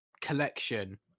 collection